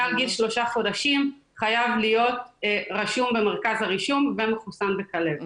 מעל גיל 3 חודשים חייב להיות רשום במרכז הרישום ומחוסן בכלבת.